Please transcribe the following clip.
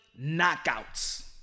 knockouts